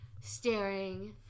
staring